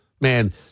man